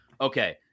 okay